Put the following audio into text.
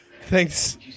Thanks